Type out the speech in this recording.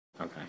Okay